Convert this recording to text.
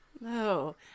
No